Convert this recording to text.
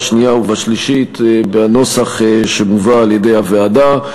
השנייה והשלישית בנוסח שמובא על-ידי הוועדה.